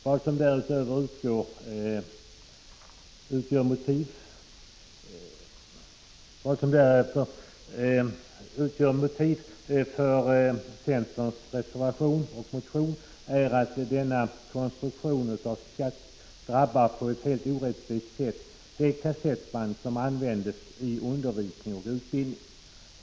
Vad som därutöver utgör motiv för centerns reservation och motion är att denna skattekonstruktion på ett helt orättvist sätt drabbar de kassettband som används i undervisning och utbildning.